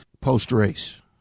post-race